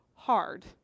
Hard